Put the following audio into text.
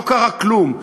לא קרה כלום,